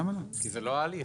זה לא ההליך.